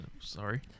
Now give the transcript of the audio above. Sorry